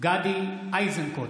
גדי איזנקוט,